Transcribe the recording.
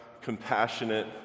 compassionate